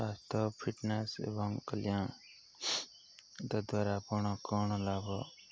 ସ୍ୱାସ୍ଥ୍ୟ ଫିଟନେସ୍ ଏବଂ କଲ୍ୟାଣ ଦ୍ୱାରା କ'ଣ ଲାଭ